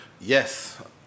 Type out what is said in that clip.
Yes